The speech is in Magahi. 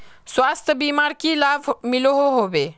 स्वास्थ्य बीमार की की लाभ मिलोहो होबे?